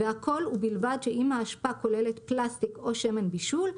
והכול ובלבד שאם האשפה כוללת פלסטיק או שמן בישול,